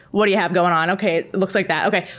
what do you have going on? okay, it looks like that. okay,